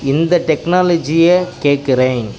இந்த டெக்னாலஜியை கேட்குறேன்